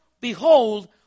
Behold